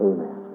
Amen